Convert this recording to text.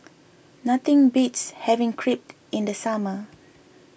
nothing beats having Crepe in the summer